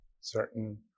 certain